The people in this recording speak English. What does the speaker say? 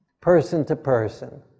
person-to-person